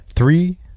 three